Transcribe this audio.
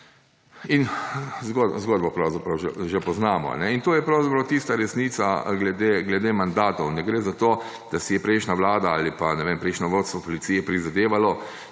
In zgodbo pravzaprav že poznamo. In to je pravzaprav tista resnica glede mandatov. Ne gre za to, da si je prejšnja vlada ali pa prejšnje vodstvo Policije prizadevalo,